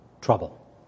trouble